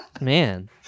man